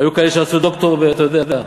היו כאלה שעשו דוקטור, ואתה יודע,